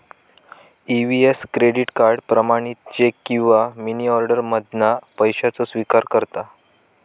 EVS credit card, प्रमाणित cheque किंवा money order मधना पैशाचो स्विकार करता